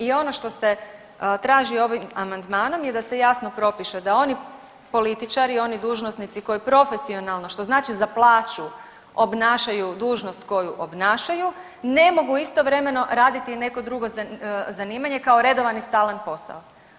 I ono što se traži ovim amandmanom je da se jasno propiše da oni političari i oni dužnosnici koji profesionalno što znači za plaću, obnašaju dužnost koju obnašaju ne mogu istovremeno raditi i neko drugo zanimanje kao redovan i stalan posao.